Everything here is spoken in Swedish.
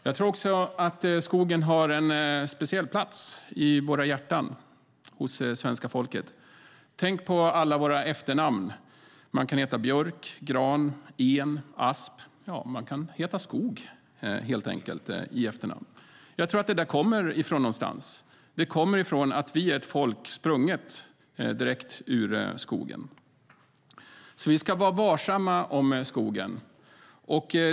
Jag tror också att skogen har en speciell plats i hjärtat hos svenska folket. Tänk på alla våra efternamn. Man kan heta Björk, Gran, En, Asp. Man kan helt enkelt heta Skog i efternamn. Jag tror att det där kommer någonstans ifrån - det kommer ifrån att vi är ett folk sprunget direkt ur skogen. Vi ska alltså vara varsamma om skogen.